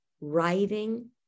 writing